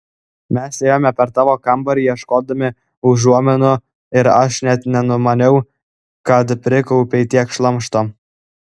mes ėjome per tavo kambarį ieškodami užuominų ir aš net nenumaniau kad prikaupei tiek šlamšto